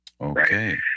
Okay